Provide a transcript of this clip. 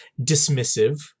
dismissive